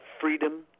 freedom